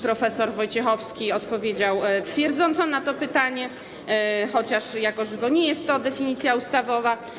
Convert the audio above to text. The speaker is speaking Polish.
Prof. Wojciechowski odpowiedział twierdząco na to pytanie, chociaż jako żywo nie jest to definicja ustawowa.